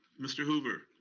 mr. hoover.